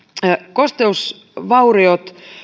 kosteusvauriot